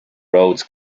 roads